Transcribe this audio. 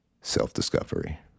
self-discovery